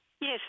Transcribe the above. Yes